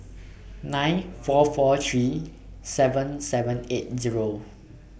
nine four four three seven seven eight Zero